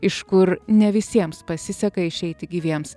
iš kur ne visiems pasiseka išeiti gyviems